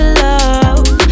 love